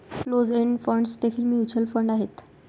closed end funds देखील mutual fund आहेत